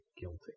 guilty